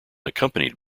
accompanied